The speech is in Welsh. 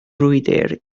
frwydr